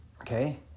Okay